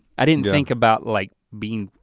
i didn't think about like being,